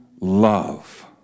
love